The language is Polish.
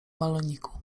baloniku